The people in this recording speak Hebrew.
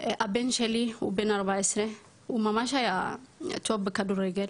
הבן שלי הוא בן 14, הוא ממש היה טוב בכדורגל,